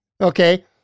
Okay